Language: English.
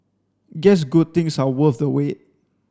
guess good things are worth the wait